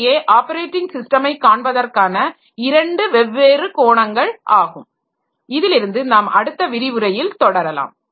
இவையே ஆப்பரேட்டிங் ஸிஸ்டமை காண்பதற்கான இரண்டு வெவ்வேறு கோணங்கள் ஆகும் இதிலிருந்து நாம் அடுத்த விரிவுரையில் தொடரலாம்